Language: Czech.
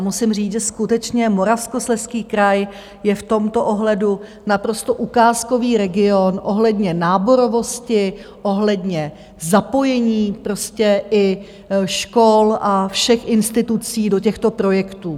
Musím říct, že skutečně Moravskoslezský kraj je v tomto ohledu naprosto ukázkový region ohledně náborovosti, ohledně zapojení i škol a všech institucí do těchto projektů.